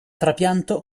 trapianto